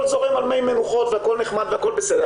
זורם על מי מנוחות והכול נחמד והכול בסדר,